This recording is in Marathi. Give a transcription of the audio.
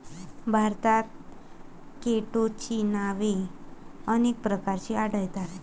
भारतात केटोची नावे अनेक प्रकारची आढळतात